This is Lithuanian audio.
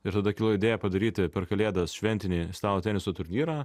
ir tada kilo idėja padaryti per kalėdas šventinį stalo teniso turnyrą